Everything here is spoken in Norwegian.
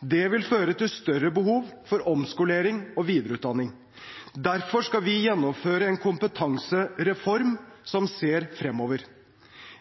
Det vil føre til større behov for omskolering og videreutdanning. Derfor skal vi gjennomføre en kompetansereform som ser fremover.